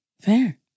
Fair